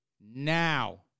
now